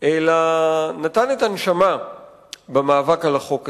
אלא נתן את הנשמה במאבק על החוק הזה.